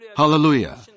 Hallelujah